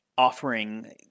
Offering